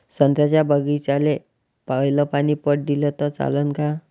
संत्र्याच्या बागीचाले पयलं पानी पट दिलं त चालन का?